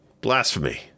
Blasphemy